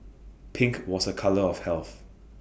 pink was A colour of health